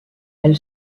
elle